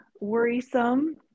worrisome